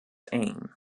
aim